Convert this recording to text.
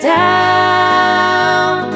down